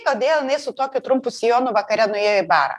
kodėl jinai su tokiu trumpu sijonu vakare nuėjo į barą